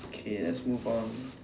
okay let's move on